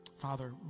Father